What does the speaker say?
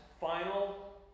final